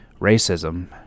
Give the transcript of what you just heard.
Racism